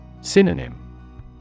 Synonym